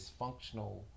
dysfunctional